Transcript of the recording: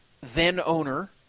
then-owner